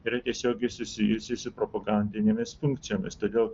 yra tiesiogiai susijusi propagandinėmis funkcijomis todėl